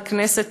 לכנסת,